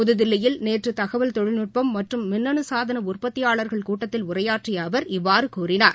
புதுதில்லியில் நேற்று தகவல் தொழில்நுட்பம் மற்றும் மின்னணு சாதன உற்பத்தியாளர்கள் கூட்டத்தில் உரையாற்றிய அவர் இவ்வாறு கூறினார்